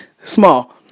small